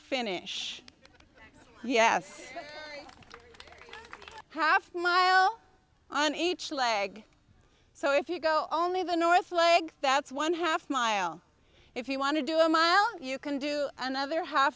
finish yes mile on each leg so if you go only the north leg that's one half mile if you want to do a mile you can do another half